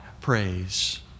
praise